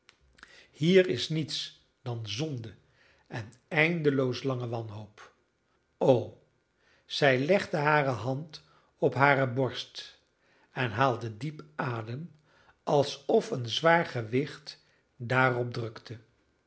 hier is niets dan zonde en eindeloos lange wanhoop o zij legde hare hand op hare borst en haalde diep adem alsof een zwaar gewicht daarop drukte